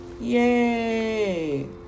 Yay